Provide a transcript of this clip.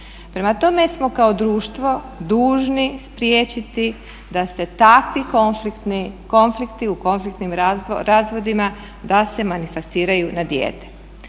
Prema tome smo kao društvo dužni spriječiti da se takvi konflikti u konfliktnim razvodima da se manifestiraju na dijete.